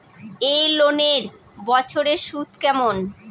এই লোনের বছরে সুদ কেমন?